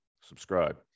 subscribe